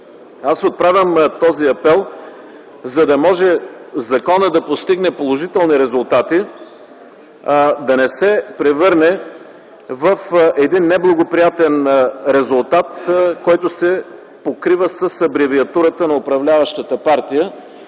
Отправям този апел, за да може законът да постигне положителни резултати, да не се превърне в един неблагоприятен резултат, който се покрива с абревиатурата на управляващата партия,